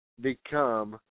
become